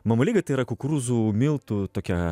mamalyga tai yra kukurūzų miltų tokia